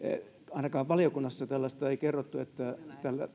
ainakaan valiokunnassa tällaista ei kerrottu että